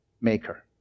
maker